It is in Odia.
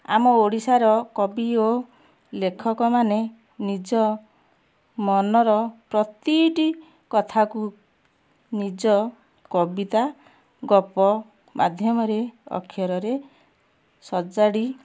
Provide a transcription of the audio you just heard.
ଆମ ଓଡ଼ିଶାର କବି ଓ ଲେଖକ ମାନେ ନିଜ ମନର ପ୍ରତିଟି କଥାକୁ ନିଜ କବିତା ଗପ ମାଧ୍ୟମରେ ଅକ୍ଷରରେ ସଜାଡ଼ି